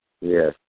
Yes